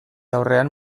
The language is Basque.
aurrean